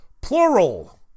plural